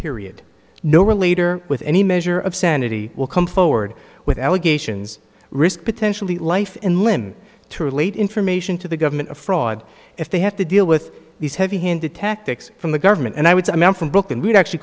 period no relator with any measure of sanity will come forward with allegations risk potentially life and limb to relate information to the government of fraud if they have to deal with these heavy handed tactics from the government and i would say i'm from brooklyn we'd actually